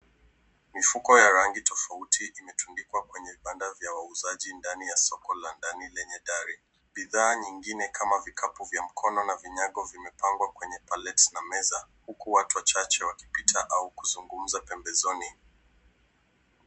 Mifuko ya rangi tofauti imetundikwa kwenye banda vya wauzaji ndani ya soko la ndani lenye dari. Bidhaa nyingine kama vikapu vya mkono na vinyago vimepangwa kwenye pallets na meza huku watu wachache wakipita au kuzungumza pembezoni.